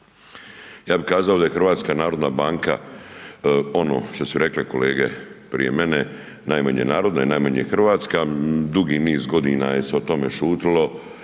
Ja bi kazao da je HNB ono što su rekle kolege prije mene, najmanje narodna i najmanje hrvatska, dugi niz godina je se o tome šutilo,